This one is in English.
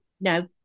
No